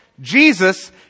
Jesus